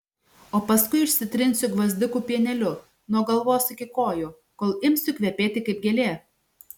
o paskui išsitrinsiu gvazdikų pieneliu nuo galvos iki kojų kol imsiu kvepėti kaip gėlė